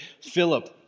Philip